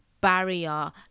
barrier